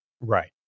Right